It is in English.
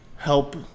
Help